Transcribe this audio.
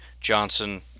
Johnson